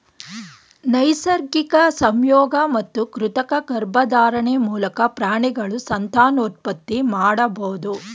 ನೈಸರ್ಗಿಕ ಸಂಯೋಗ ಮತ್ತು ಕೃತಕ ಗರ್ಭಧಾರಣೆ ಮೂಲಕ ಪ್ರಾಣಿಗಳು ಸಂತಾನೋತ್ಪತ್ತಿ ಮಾಡಬೋದು